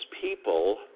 people